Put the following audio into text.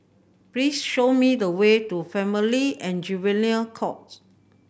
please show me the way to Family and Juvenile Court